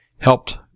helped